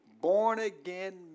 born-again